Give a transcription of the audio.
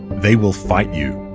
they will fight you,